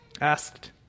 asked